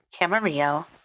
Camarillo